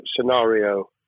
scenario